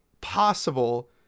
possible